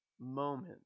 moment